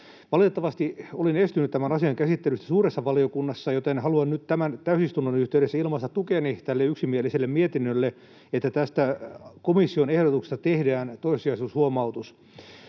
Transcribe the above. Valitettavasti olin estynyt tämän asian käsittelyssä suuressa valiokunnassa, joten haluan nyt tämän täysistunnon yhteydessä ilmaista tukeni tälle yksimieliselle mietinnölle, että tästä komission ehdotuksesta tehdään toissijaisuushuomautus.